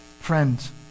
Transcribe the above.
friends